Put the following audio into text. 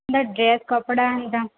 dress କପଡ଼ା ଆଣି